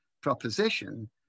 proposition